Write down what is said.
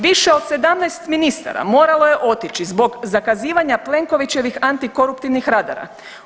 Više od 17 ministara moralo je otići zbog zakazivanja Plenkovićevih antikoruptivnih radara.